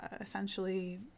essentially